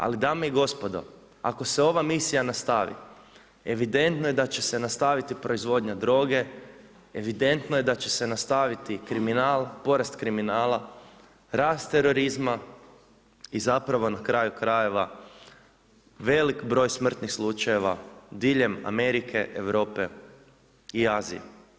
Ali dame i gospodo, ako se ova misija nastavi, evidentno je da će se nastaviti proizvodnja droge, evidentno je da će se nastaviti kriminal, porat kriminal, rast terorizma i zapravo na kraju krajeva, velik broj smrtnih slučajeva diljem Amerike, Europe i Azije.